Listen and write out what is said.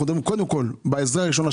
אנחנו מדברים קודם כל בעזרה הראשונה על